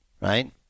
right